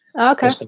Okay